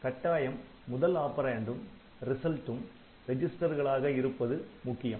கட்டாயம் முதல் ஆப்பரேன்டும் ரிசல்ட்டும் ரெஜிஸ்டர்களாக இருப்பது முக்கியம்